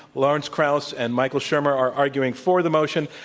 lawrence krauss and michael shermer are arguing for the motion,